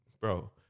bro